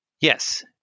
Yes